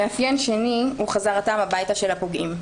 המאפיין השני הוא חזרתם הביתה של הפוגעים.